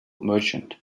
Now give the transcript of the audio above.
merchant